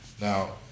Now